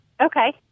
Okay